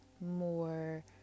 more